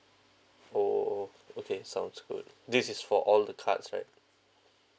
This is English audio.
orh okay sounds good this is for all the cards right